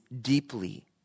deeply